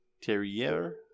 Terrier